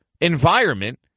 environment